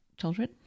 children